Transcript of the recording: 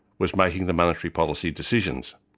was making the monetary policy decisions.